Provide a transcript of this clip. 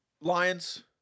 Lions